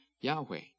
Yahweh